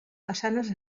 façanes